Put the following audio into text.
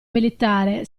militare